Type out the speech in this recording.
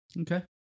Okay